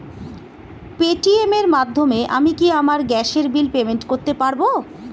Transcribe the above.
Paytm এর মাধ্যমে আমি কি আমার গ্যাসের বিল পেমেন্ট করতে পারব?